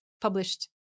published